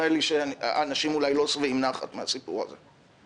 נראה לי שאנשים לא שבעים נחת מהסיפור הזה.